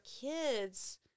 kids